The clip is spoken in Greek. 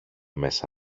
μέσα